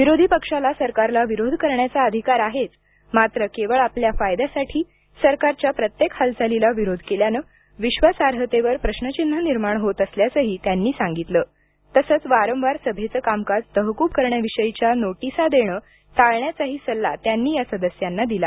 विरोधी पक्षाला सरकारला विरोध करण्याचा अधिकार आहेच मात्र केवळ आपल्या फायद्यासाठी सरकारच्या प्रत्येक हालचालीला विरोध केल्यानं विश्वासार्हतेवर प्रश्रचिन्ह निर्माण होत असल्याचंही त्यांनी सांगितलं तसंच वारंवार सभेचं कामकाज तहकूब करण्याविषयीच्या नोटीसा देणं टाळण्याचाही सल्ला त्यांनी या सदस्यांना दिला